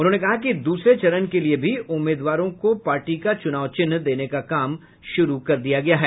उन्होंने कहा कि दूसरे चरण के लिए भी उम्मीदवारों को पार्टी का चुनाव चिन्ह देने का काम शुरू कर दिया गया है